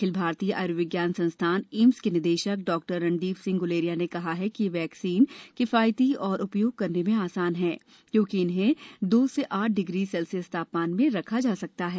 अखिल भारतीय आयुर्विज्ञान संस्थान एम्स के निदेशक डॉक्टर रणदीप सिंह ग्लेरिया ने कहा कि ये वैक्सीन किफायती और उपयोग करने में आसान है क्योंकि इन्हें दो से आठ डिग्री सेल्सियस तापमान में रखा जा सकता है